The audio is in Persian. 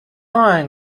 آهنگ